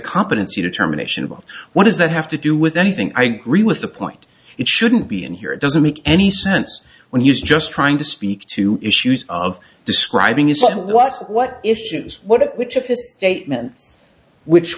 competency determination about what does that have to do with anything i agree with the point it shouldn't be in here it doesn't make any sense when you just trying to speak to issues of describing his what what issues what which